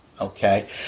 Okay